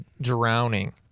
drowning